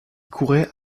courait